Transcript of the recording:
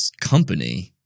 company